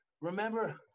Remember